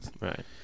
Right